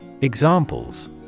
Examples